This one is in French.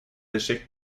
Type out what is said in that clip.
échecs